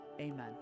Amen